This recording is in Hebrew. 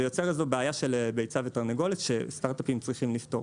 זה יוצר איזו בעיה של ביצה ותרנגולת שסטארט-אפים צריכים לפתור.